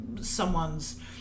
someone's